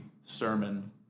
sermon